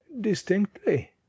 Distinctly